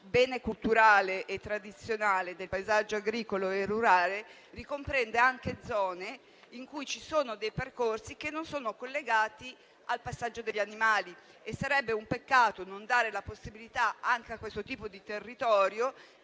bene culturale e tradizionale del paesaggio agricolo e rurale ricomprende anche zone in cui ci sono dei percorsi che non sono collegati al passaggio degli animali e sarebbe un peccato non dare la possibilità anche a questo tipo di territorio